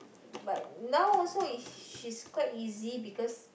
but now also is she's quite easy because